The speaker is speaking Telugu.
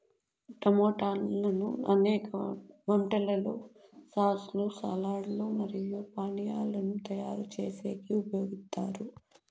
టమోటాలను అనేక వంటలలో సాస్ లు, సాలడ్ లు మరియు పానీయాలను తయారు చేసేకి ఉపయోగిత్తారు